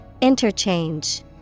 Interchange